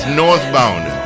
northbound